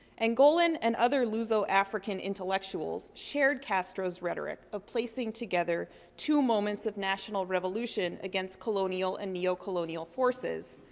angolan and other luzo-african intellectuals shared castro's rhetoric of placing together two moments of national revolution against colonial and neo-colonial forces,